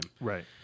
Right